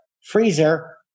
freezer